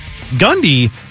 Gundy